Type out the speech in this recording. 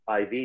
IV